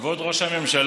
כבוד ראש הממשלה,